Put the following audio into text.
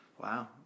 Wow